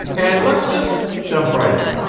and let's just jump right in.